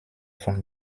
von